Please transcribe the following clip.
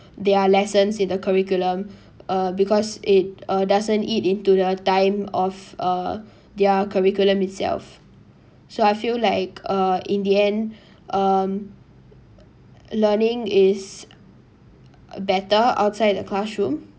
their lessons in the curriculum uh because it uh doesn't eat into the time of uh their curriculum itself so I feel like uh in the end um learning is better outside the classroom